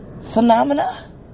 phenomena